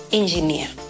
engineer